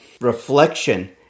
reflection